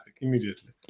immediately